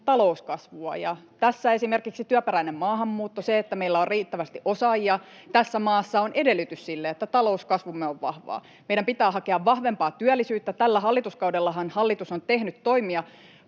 talouskasvua, ja tässä esimerkiksi työperäinen maahanmuutto, se, että meillä on riittävästi osaajia tässä maassa, on edellytys sille, että talouskasvumme on vahvaa. Meidän pitää hakea vahvempaa työllisyyttä. Tällä hallituskaudellahan hallitus on tehnyt toimia